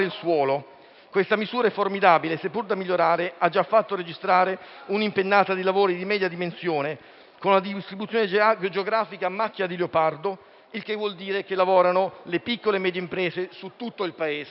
Questa misura è formidabile e, seppur da migliorare, ha già fatto registrare un'impennata dei lavori di media dimensione, con una distribuzione geografica a macchia di leopardo e ciò significa che lavorano le piccole e medie imprese in tutto il Paese.